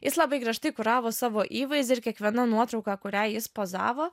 jis labai griežtai kuravo savo įvaizdį ir kiekviena nuotrauka kurią jis pozavo